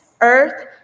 earth